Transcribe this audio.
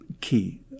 key